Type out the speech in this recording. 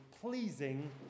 pleasing